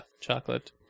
chocolate